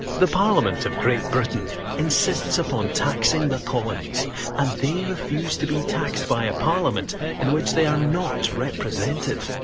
the parliament of great britain insists upon taxing the colonies and they refuse to be taxed by a parliament in which they are not represented.